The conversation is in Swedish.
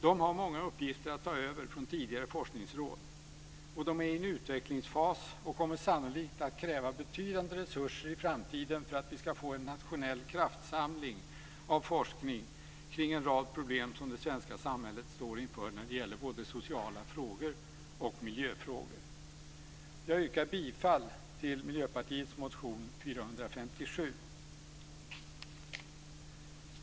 De har många uppgifter att ta över från tidigare forskningsråd, och de är i en utvecklingsfas och kommer sannolikt att kräva betydande resurser i framtiden för att vi ska få en nationell kraftsamling av forskning kring en rad problem som det svenska samhället står inför när det gäller både sociala frågor och miljöfrågor. Jag yrkar bifall till Miljöpartiets motion 457.